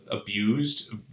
abused